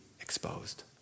exposed